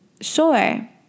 sure